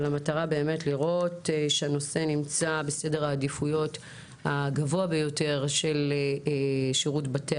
אבל המטרה לראות שהנושא נמצא בסדר העדיפות הגבוה ביותר של שירות בתי